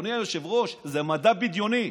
אדוני היושב-ראש, זה מדע בדיוני.